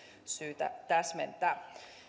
syytä täsmentää